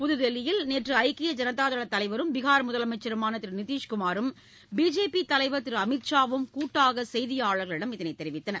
புதுதில்லியில் நேற்று நஐக்கிய நஐனதா தள தைவரும் பீகார் முதலமைச்சருமான திரு நிதிஷ்குமாரும் பிஜேபி தலைவர் திரு அமித்ஷாவும் கூட்டாக செய்தியாளர்களிடம் இதனைத் தெரிவித்தனர்